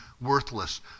worthless